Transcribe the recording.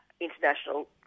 international